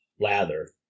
lather